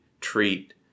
treat